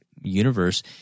universe